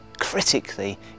critically